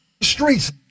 streets